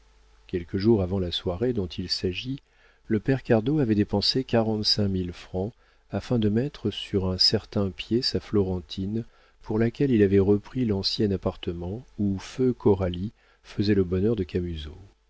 quelques jours avant la soirée dont il s'agit le père cardot avait dépensé quarante-cinq mille francs afin de mettre sur un certain pied sa florentine pour laquelle il avait repris l'ancien appartement où feu coralie faisait le bonheur de